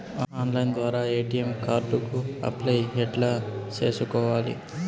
Online ద్వారా ATM card కు apply ఎట్లా సేసుకోవాలి?